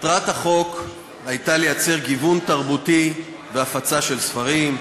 מטרת החוק הייתה לייצר גיוון תרבותי והפצה של ספרים,